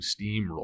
steamroll